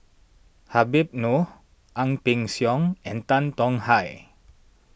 Habib Noh Ang Peng Siong and Tan Tong Hye